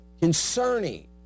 concerning